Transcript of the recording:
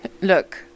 Look